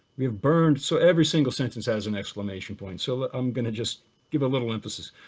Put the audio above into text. we have burned so every single sentence has an exclamation point, so ah i'm going to just give a little emphasis,